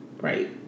Right